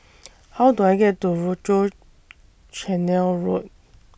How Do I get to Rochor Canal Road